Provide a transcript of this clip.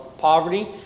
poverty